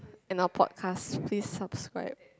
and our podcast please subscribe